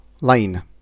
line